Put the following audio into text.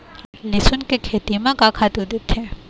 लेसुन के खेती म का खातू देथे?